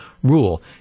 Rule